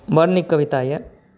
बड़ नीक कविता अइ